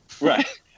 Right